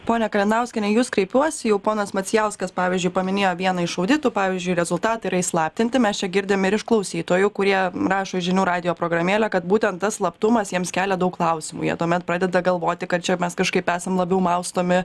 ponia kalinauskiene į jus kreipiuosi jau ponas macijauskas pavyzdžiui paminėjo vieną iš auditų pavyzdžiui rezultatai yra įslaptinti mes čia girdim ir iš klausytojų kurie rašo į žinių radijo programėlę kad būtent tas slaptumas jiems kelia daug klausimų jie tuomet pradeda galvoti kad čia mes kažkaip esam labiau maustomi